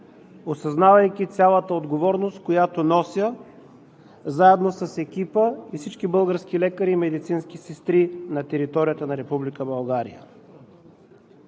осъзнавайки цялата отговорност, която нося, заедно с екипа и с всички български лекари и медицински сестри на територията на Република